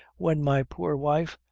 when my poor wife,